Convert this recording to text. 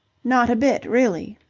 not a bit, really.